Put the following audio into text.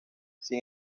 sin